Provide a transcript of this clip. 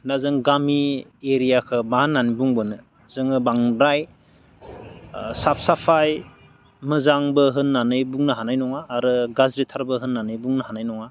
ना जों गामि एरियाखो मा होननानै बुंबावनो जोङो बांद्राय साफ साफाय मोजांबो होननानै बुंनो हानाय नङा आरो गाज्रिथारबो होननानै बुंनो हानाय नङा